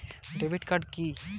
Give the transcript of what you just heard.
Debit card কি?